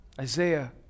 Isaiah